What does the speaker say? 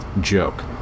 joke